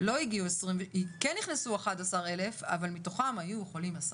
כן נכנסו 11,000 אבל מתוכם היו חולים 10,